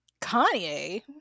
Kanye